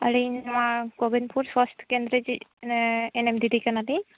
ᱟᱹᱞᱤᱧ ᱱᱚᱣᱟ ᱠᱚᱵᱤᱱᱯᱩᱨ ᱥᱟᱛᱷ ᱠᱮᱱᱫᱨᱚ ᱨᱮᱱᱤᱡ ᱢᱟᱱᱮ ᱮ ᱮᱱ ᱮᱢ ᱫᱤᱫᱤ ᱠᱟᱱᱟᱞᱤᱧ